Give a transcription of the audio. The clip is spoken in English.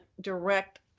direct